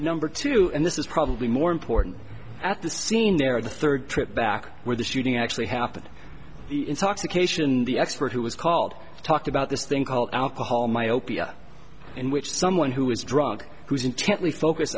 number two and this is probably more important at the scene there the third trip back where the shooting actually happened intoxication the expert who was called talked about this thing called alcohol myopia in which someone who was drunk who's intently focus